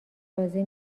راضی